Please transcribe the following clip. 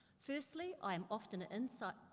firstly, i am often a inside,